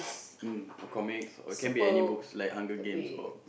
mm or comics or can be any books like Hunger-Games or